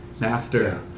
Master